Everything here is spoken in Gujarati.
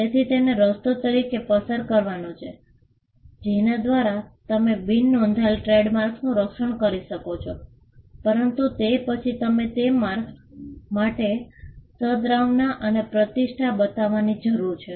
તેથી તેને રસ્તો તરીકે પસાર કરવાનું છે જેના દ્વારા તમે બિન નોંધાયેલ ટ્રેડમાર્ક્સનું રક્ષણ કરી શકો છો પરંતુ તે પછી તમારે તે માર્કસ માટે સદ્ભાવના અને પ્રતિષ્ઠા બતાવવાની જરૂર છે